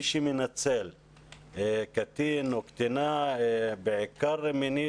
מי שמנצל קטין או קטינה בעיקר מינית,